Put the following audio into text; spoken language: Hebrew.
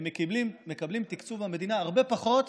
הם מקבלים תקצוב מהמדינה הרבה פחות